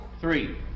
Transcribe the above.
three